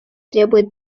требует